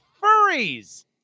furries